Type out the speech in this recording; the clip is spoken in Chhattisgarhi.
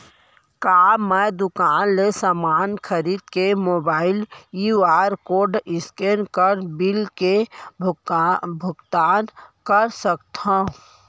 का मैं दुकान ले समान खरीद के मोबाइल क्यू.आर कोड स्कैन कर बिल के भुगतान कर सकथव?